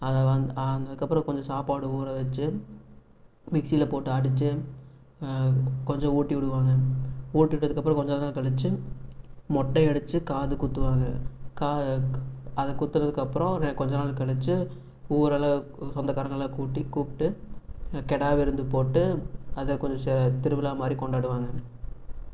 அதை வந்து அந்தகப்பறம் கொஞ்சம் சாப்பாடு ஊற வச்சு மிக்ஸியில போட்டு அடிச்சு கொஞ்சம் ஊட்டி விடுவாங்க ஊட்டிவுட்டதுக்கப்றம் கொஞ்ச நேரம் கழிச்சி மொட்டை அடிச்சு காது குத்துவாங்க காது அதை குத்துனதுக்கப்பறம் கொஞ்ச நாள் கழிச்சு ஊரெல்லாம் சொந்தக்காரங்கலாம் கூட்டி கூப்பிட்டு கிடா விருந்து போட்டு அதை கொஞ்சம் திருவிழா மாதிரி கொண்டாடுவாங்க